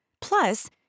Plus